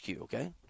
okay